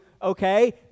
Okay